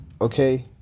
Okay